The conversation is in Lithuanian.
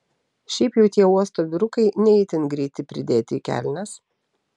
šiaip jau tie uosto vyrukai ne itin greiti pridėti į kelnes